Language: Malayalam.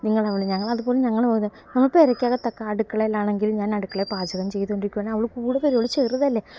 നിങ്ങളവളെ ഞങ്ങളതുപോലെ ഞങ്ങളും അതെ നമ്മൾ പെരയ്ക്കകത്തൊക്കെ അടുക്കളയിലാണെങ്കിൽ ഞാൻ അടുക്കളയില് പാചകം ചെയ്തുണ്ടിരിക്കുകയാണെങ്കില് അവള് കൂടെ വരും അവള് ചെറുതല്ലേ